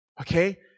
Okay